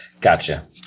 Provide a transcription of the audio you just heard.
Gotcha